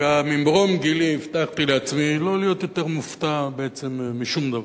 דווקא ממרום גילי הבטחתי לעצמי יותר לא להיות מופתע בעצם משום דבר.